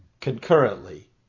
concurrently